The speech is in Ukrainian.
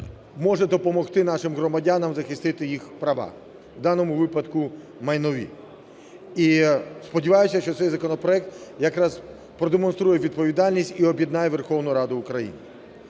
може допомогти нашим громадянам захистити їх права, в даному випадку майнові. І сподіваюсь, що цей законопроект якраз продемонструє відповідальність і об'єднає Верховну Раду України.